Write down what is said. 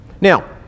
Now